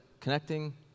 connecting